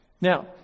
Now